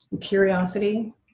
curiosity